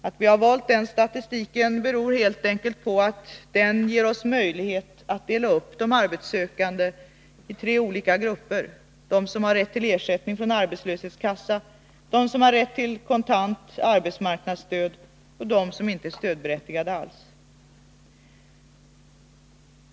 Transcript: Att vi har valt den statistiken beror på att den ger oss möjlighet att uppdela de arbetssökande i tre grupper: arbetslöshetsförsäkrade, berättigade till kontant stöd vid arbetslöshet och inte alls stödberättigade.